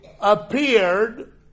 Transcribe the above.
appeared